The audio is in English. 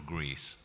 Greece